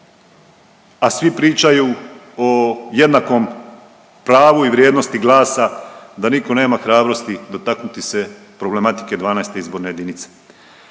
a svi pričaju o jednakom pravu i vrijednosti glasa, da nitko nema hrabrosti dotaknuti se problematike 12. izborne jedinice.